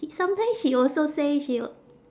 sometime she also say she w~